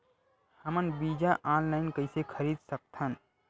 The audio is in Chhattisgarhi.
हमन बीजा ऑनलाइन कइसे खरीद सकथन?